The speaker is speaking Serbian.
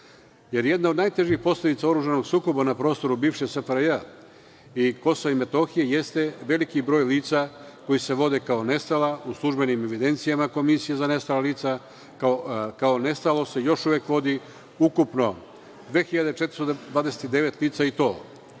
jer jedna od najtežih posledica oružanog sukoba na prostoru bivše SFRJ i Kosova i Metohije jeste veliki broj lica koja se vode kao nestala. U službenim evidencijama Komisije za nestala lica kao nestalo se još uvek vodi ukupno 2.429 lica, i to